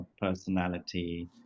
personality